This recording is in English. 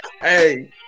Hey